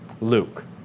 Luke